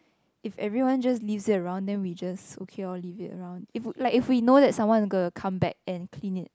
if everyone just leaves it around then we just okay loh leave it around if like if we know someone will come back and clean it